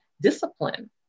discipline